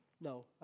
No